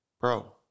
Bro